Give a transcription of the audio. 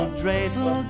dreidel